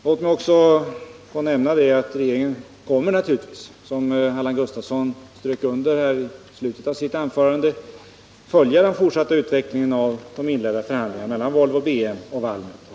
Låt mig också nämna att regeringen naturligtvis, som Allan Gustafsson strök under i slutet av sitt anförande, kommer att följa den fortsatta utvecklingen av de inledda förhandlingarna mellan Volvo BM och Valmet AB.